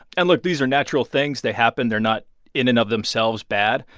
and, look. these are natural things. they happen. they're not in and of themselves bad,